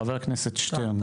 חבר הכנסת שטרן.